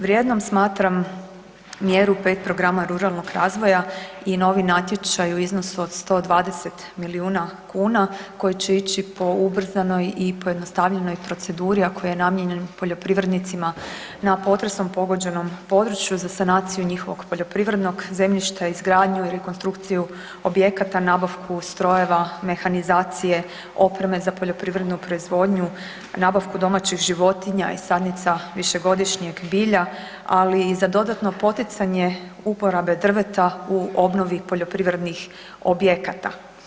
Vrijednom smatram mjeru pet programa ruralnog razvoja i novi natječaj u iznosu od 120 milijuna kuna koji će ići po ubrzanoj i pojednostavljenoj proceduri, a koji je namijenjen poljoprivrednicima na potresom pogođenom području za sanaciju njihovog poljoprivrednog zemljišta, izgradnju i rekonstrukciju objekata, nabavku strojeva, mehanizacije, opreme za poljoprivrednu proizvodnju, nabavku domaćih životinja i sadnica višegodišnjeg bilja, ali i za dodatno poticanje uporabe drveta u obnovi poljoprivrednih objekata.